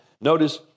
Notice